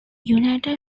united